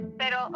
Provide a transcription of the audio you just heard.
pero